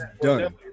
done